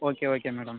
okay okay madam